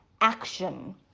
action